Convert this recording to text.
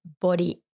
body